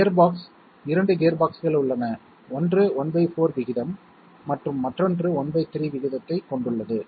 gearbox 2 கியர்பாக்ஸ்கள் உள்ளன ஒன்று ¼ விகிதம் மற்றும் மற்றொன்று 13 விகிதத்தைக் கொண்டுள்ளது